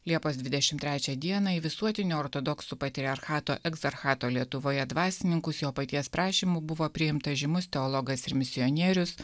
liepos dvidešimt trečią dieną į visuotinį ortodoksų patriarchato egzarchato lietuvoje dvasininkus jo paties prašymu buvo priimtas žymus teologas ir misionierius